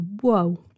whoa